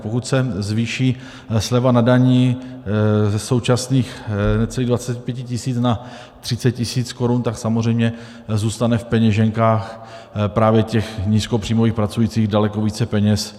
Pokud se zvýší sleva na dani ze současných necelých 25 tisíc na 30 tisíc korun, tak samozřejmě zůstane v peněženkách právě těch nízkopříjmových pracujících daleko více peněz.